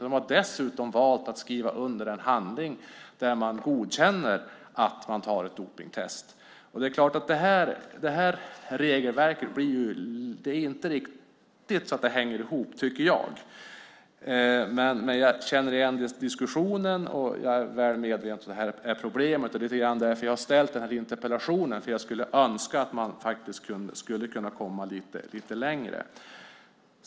De har dessutom valt att skriva under en handling där de godkänner att man tar ett dopningstest. Det här regelverket hänger inte riktigt ihop, tycker jag. Men jag känner igen diskussionen, och jag är väl medveten om problemet. Det är lite grann därför jag har ställt den här interpellationen, för jag skulle önska att man faktiskt skulle kunna komma lite längre.